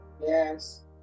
Yes